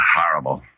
horrible